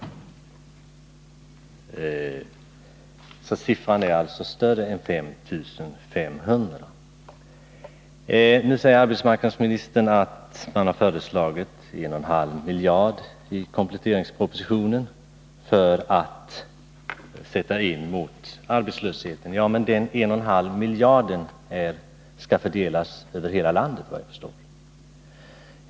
Siffran för antalet arbetslösa är alltså större än 5 500. Nu säger arbetsmarknadsministern att man i kompletteringspropositionen har föreslagit åtgärder för 1,5 miljarder att sätta in mot arbetslösheten. Men de 1,5 miljarderna skall, såvitt jag förstår, fördelas över hela landet.